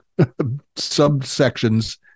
subsections